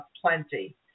plenty